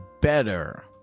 better